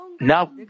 Now